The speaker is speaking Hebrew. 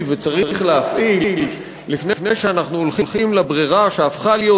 וצריך להפעיל לפני שאנחנו הולכים לברירה שהפכה להיות,